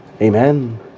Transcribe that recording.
Amen